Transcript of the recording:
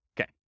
Okay